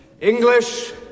English